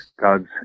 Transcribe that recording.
God's